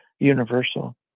universal